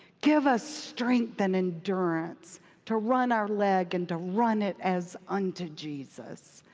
give us strength and an endurance to run our leg and to run it as unto jesus.